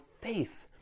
faith